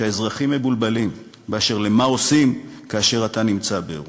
שהאזרחים מבולבלים באשר למה עושים כאשר אתה נמצא באירוע.